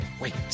wait